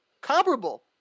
comparable